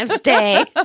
day